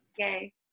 Okay